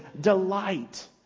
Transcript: delight